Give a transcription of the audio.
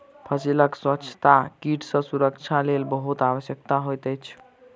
फसीलक स्वच्छता कीट सॅ सुरक्षाक लेल बहुत आवश्यक होइत अछि